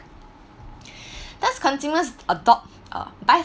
thus consumer adopt uh buy